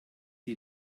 die